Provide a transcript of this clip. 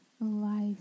life